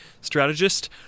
strategist